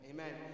Amen